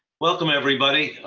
welcome everybody.